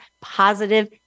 positive